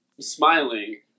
smiling